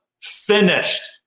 finished